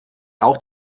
auch